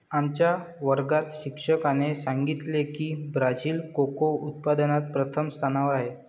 आमच्या वर्गात शिक्षकाने सांगितले की ब्राझील कोको उत्पादनात प्रथम स्थानावर आहे